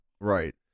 Right